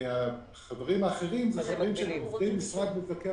והחברים האחרים הם החברים שהם עובדי משרד מבקר